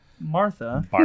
Martha